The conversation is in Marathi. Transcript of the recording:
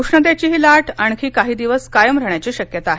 उष्णतेची ही लाट आणखी काही दिवस कायम राहण्याची शक्यता आहे